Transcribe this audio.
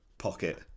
pocket